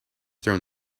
thrown